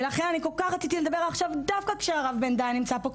ולכן אני כל כך רציתי לדבר עכשיו דווקא כשהרב בן דהן נמצא פה,